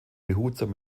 behutsam